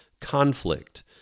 conflict